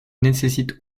nécessite